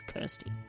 Kirsty